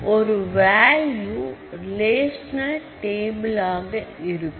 ஒரு value relation டேபில ஆக இருக்கும்